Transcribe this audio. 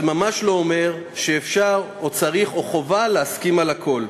אך זה ממש לא אומר שאפשר או צריך או חובה להסכים על הכול.